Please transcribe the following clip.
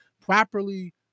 properly